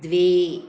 द्वे